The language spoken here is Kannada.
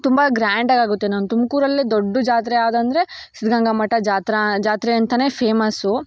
ತುಂಬ ಗ್ರ್ಯಾಂಡಾಗಿ ಆಗುತ್ತೆ ನಮ್ಮ ತುಮಕೂರಲ್ಲೇ ದೊಡ್ಡ ಜಾತ್ರೆ ಯಾವುದಂದ್ರೆ ಸಿದ್ಧಗಂಗಾ ಮಠ ಜಾತ್ರೆ ಜಾತ್ರೆ ಅಂತಲೇ ಫೇಮಸ್ಸು